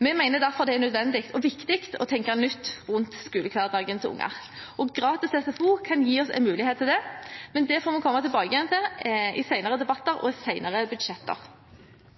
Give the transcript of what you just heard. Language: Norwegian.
Vi mener derfor det er nødvendig og viktig å tenke nytt rundt skolehverdagen til barn. Gratis SFO kan gi oss en mulighet til det, men det får vi komme tilbake til i senere debatter og i senere budsjetter.